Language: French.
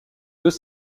deux